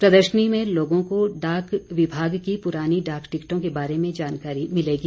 प्रदर्शनी में लोगों को डाक विभाग की पुरानी डाक टिकटों के बारे में जानकारी मिलेगी